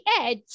Edge